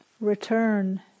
return